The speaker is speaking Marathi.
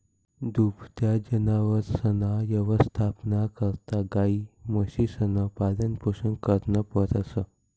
दुभत्या जनावरसना यवस्थापना करता गायी, म्हशीसनं पालनपोषण करनं पडस